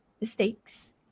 mistakes